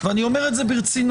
ואני אומר את זה ברצינות,